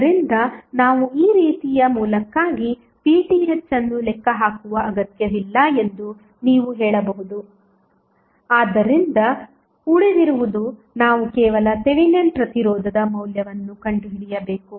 ಆದ್ದರಿಂದನಾವು ಈ ರೀತಿಯ ಮೂಲಕ್ಕಾಗಿ VTh ಅನ್ನು ಲೆಕ್ಕಹಾಕುವ ಅಗತ್ಯವಿಲ್ಲ ಎಂದು ನೀವು ಹೇಳಬಹುದು ಆದ್ದರಿಂದ ಉಳಿದಿರುವುದು ನಾವು ಕೇವಲ ಥೆವೆನಿನ್ ಪ್ರತಿರೋಧದ ಮೌಲ್ಯವನ್ನು ಕಂಡುಹಿಡಿಯಬೇಕು